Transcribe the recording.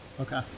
Okay